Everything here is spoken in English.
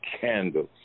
candles